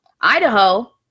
Idaho